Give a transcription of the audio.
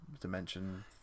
dimension